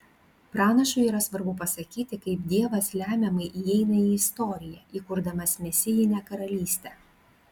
pranašui yra svarbu pasakyti kaip dievas lemiamai įeina į istoriją įkurdamas mesijinę karalystę